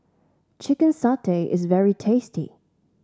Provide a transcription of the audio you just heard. Chicken Satay is very tasty